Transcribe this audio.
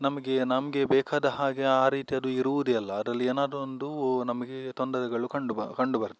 ನಮಗೆ ನಮಗೆ ಬೇಕಾದ ಹಾಗೆ ಆ ರೀತಿಯದ್ದು ಇರೋದೆ ಇಲ್ಲ ಅದರಲ್ಲಿ ಏನಾದರೂ ಒಂದೂ ನಮಗೆ ತೊಂದರೆಗಳು ಕಂಡು ಬ ಕಂಡು ಬರ್ತದೆ